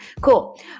Cool